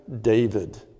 David